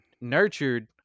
nurtured